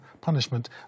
punishment